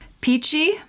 Peachy